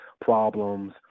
problems